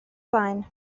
blaen